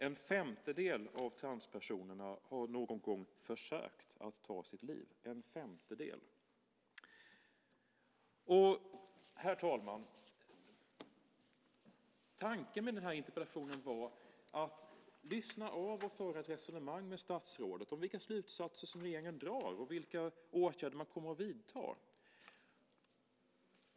En femtedel av transpersonerna har någon gång försökt ta sitt liv. Herr talman! Tanken med den här interpellationen var att lyssna av och föra ett resonemang med statsrådet om vilka slutsatser som regeringen drar och vilka åtgärder man kommer att vidta.